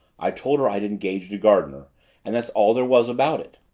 i told her i'd engaged a gardener and that's all there was about it.